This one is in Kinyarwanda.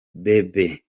bebe